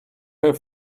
her